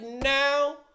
now